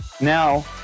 Now